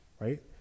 right